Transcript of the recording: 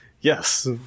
Yes